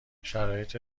شرایط